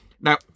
Now